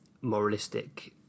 moralistic